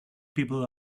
people